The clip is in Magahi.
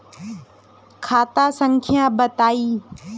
खाता संख्या बताई?